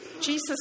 Jesus